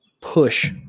push